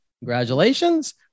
Congratulations